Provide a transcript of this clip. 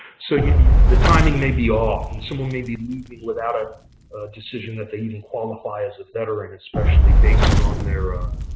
so the timing may be off. and someone may be leaving without a decision that they even qualify as a veteran especially based on their ah